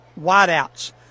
wideouts